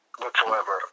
whatsoever